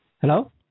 Hello